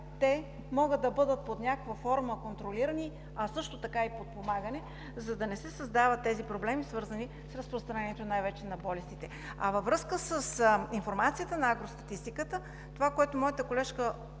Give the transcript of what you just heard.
те могат да бъдат под някаква форма контролирани, а също така и подпомагани, за да не се създават тези проблеми, свързани с разпространението най-вече на болестите. Във връзка с информацията на агростатистиката това, което моята колежка